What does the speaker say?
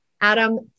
Adam